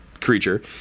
creature